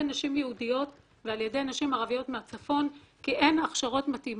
נשים יהודיות ועל ידי נשים ערביות מהצפון כי אין הכשרות מתאימות.